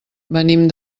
venim